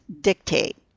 dictate